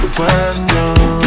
Question